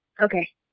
Okay